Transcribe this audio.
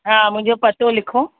हा मुंहिंजो पतो लिखो